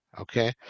Okay